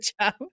job